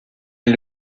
est